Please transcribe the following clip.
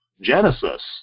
Genesis